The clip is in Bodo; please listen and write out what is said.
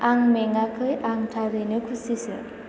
आं मेङाखै आं थारैनो खुसिसो